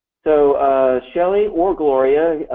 so ah shelley, or gloria,